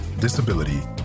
disability